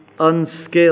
unskilled